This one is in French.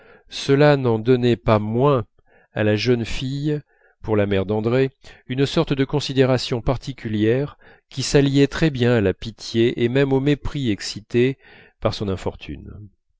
cela n'en donnait pas moins à la jeune fille pour la mère d'andrée une sorte de considération particulière qui s'alliait très bien à la pitié et même au mépris excités par son infortune